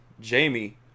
Jamie